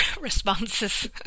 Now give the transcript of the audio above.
responses